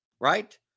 right